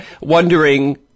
wondering